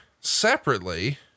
separately